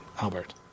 Albert